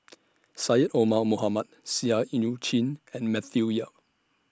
Syed Omar Mohamed Seah EU Chin and Matthew Yap